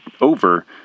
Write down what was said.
over